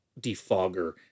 defogger